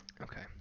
Okay